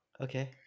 Okay